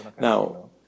Now